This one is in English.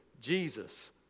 Jesus